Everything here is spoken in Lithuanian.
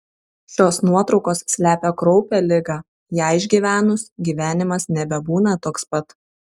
šios nuotraukos slepia kraupią ligą ją išgyvenus gyvenimas nebebūna toks pat